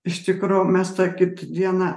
iš tikro mes tą kitą dieną